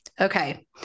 Okay